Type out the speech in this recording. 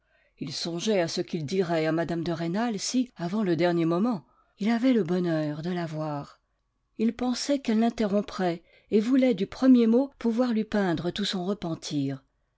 il songeait à ce qu'il dirait à mme de rênal si avant le dernier moment il avait le bonheur de la voir il pensait qu'elle l'interromprait et voulait du premier mot pouvoir lui peindre tout son repentir